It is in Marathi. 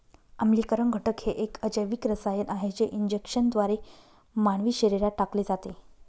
आम्लीकरण घटक हे एक अजैविक रसायन आहे जे इंजेक्शनद्वारे मानवी शरीरात टाकले जाते